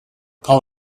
call